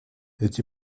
эти